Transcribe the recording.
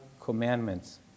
commandments